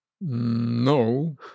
No